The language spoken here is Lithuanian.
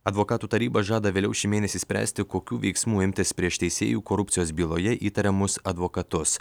advokatų taryba žada vėliau šį mėnesį spręsti kokių veiksmų imtis prieš teisėjų korupcijos byloje įtariamus advokatus